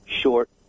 short